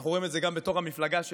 אנחנו רואים את זה גם בתוך המפלגה שלו,